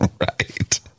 Right